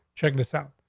check this out.